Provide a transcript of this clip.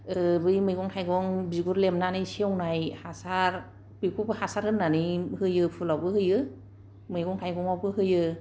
ओ बै मैगं थायगं बिगुर लेबनानै सेवनाय हासार बेखौबो हासार होननानै होयो फुलावबो होयो मैगं थायगंआवबो होयो